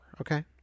okay